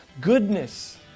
goodness